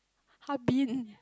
Harbin